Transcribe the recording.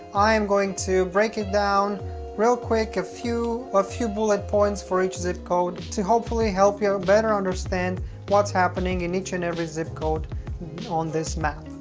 i am going to break it down real quick in a few bullet points for each zip code to hopefully help you better understand what's happening in each and every zip code on this map.